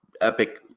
epic